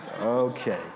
Okay